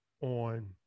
on